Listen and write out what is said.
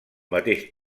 mateix